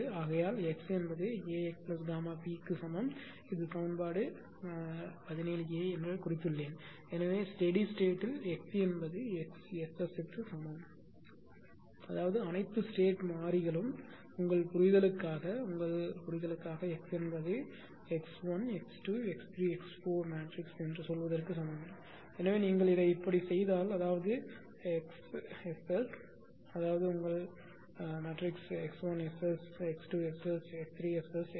ஆகையால் X A AXΓp க்கு சமம் இது சமன்பாடு என்று நான் 17 a எனக் குறித்துள்ளேன் எனவே ஸ்டெடி ஸ்டேட்யில் X என்பது X SS க்கு சமம் அதாவது அனைத்து ஸ்டேட் மாறிகளும் உங்கள் புரிதலுக்காக உங்கள் புரிதலுக்காக X x1 x2 x3 x4 என்று சொல்வதற்கு சமம் எனவே நீங்கள் இதை இப்படி செய்தால் அதாவது என்XSS அதாவது உங்கள் x1SS x2SS x3SS x4SS